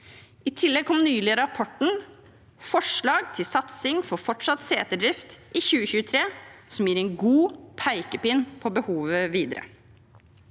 I tillegg kom nå i 2023 rapporten Forslag til satsing for fortsatt seterdrift, som gir en god pekepinn på behovet videre.